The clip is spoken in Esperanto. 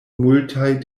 multaj